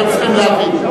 אתם צריכים להבין.